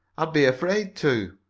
i'd be afraid to!